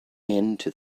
into